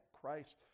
Christ